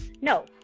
No